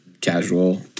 casual